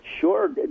Sure